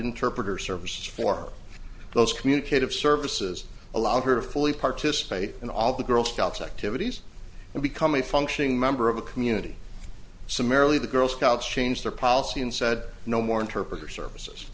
interpreter services for those communicate of services allow her to fully participate in all the girl scouts activities and become a functioning member of the community summarily the girl scouts change their policy and said no more interpreter services